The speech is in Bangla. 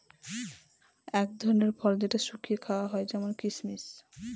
এক ধরনের ফল যেটা শুকিয়ে খাওয়া হয় যেমন কিসমিস